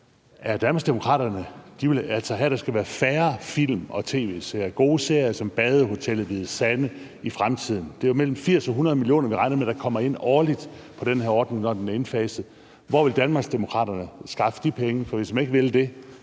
Danmarksdemokraterne vil altså have, at der skal være færre film og tv-serier i fremtiden, gode serier som »Badehotellet« og »Hvide Sande«. Det er jo mellem 80 og 100 mio. kr., vi regner med kommer ind årligt på den her ordning, når den er indfaset. Hvor vil Danmarksdemokraterne skaffe de penge fra? For hvis man ikke vil det,